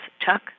Chuck